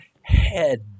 head